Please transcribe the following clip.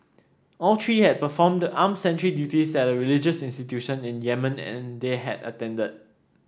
all three had performed armed sentry duties at a religious institution in Yemen and they had attended